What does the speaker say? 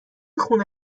خونه